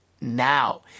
now